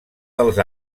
dels